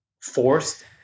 forced